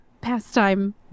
pastime